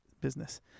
business